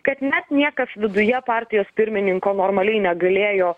kad net niekas viduje partijos pirmininko normaliai negalėjo